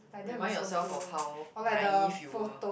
remind yourself of how naive you were